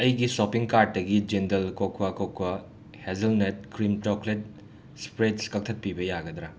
ꯑꯩꯒꯤ ꯁꯣꯞꯄꯤꯡ ꯀꯥꯔꯠꯇꯒꯤ ꯖꯦꯟꯗꯜ ꯀꯣꯀ꯭ꯋꯥ ꯀꯣꯀ꯭ꯋꯥ ꯍꯦꯖꯜꯅꯠ ꯀ꯭ꯔꯤꯝ ꯆꯣꯀ꯭ꯂꯦꯠ ꯏꯁꯄ꯭ꯔꯦꯠꯁ ꯀꯛꯊꯠꯄꯤꯕ ꯌꯥꯒꯗ꯭ꯔꯥ